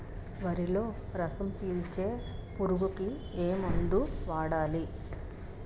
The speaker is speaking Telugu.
వరిలో రసం పీల్చే పురుగుకి ఏ మందు వాడాలి?